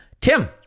Tim